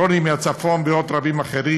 רוני מהצפון ועוד רבים אחרים,